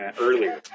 earlier